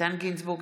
איתן גינזבורג,